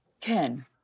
Ken